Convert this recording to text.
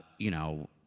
you know,